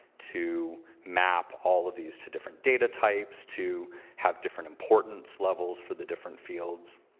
to map all of these to different data types to have different importance levels for the different fields.